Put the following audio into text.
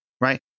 right